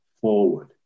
forward